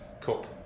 cup